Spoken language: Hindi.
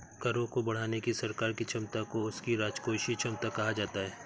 करों को बढ़ाने की सरकार की क्षमता को उसकी राजकोषीय क्षमता कहा जाता है